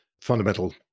fundamental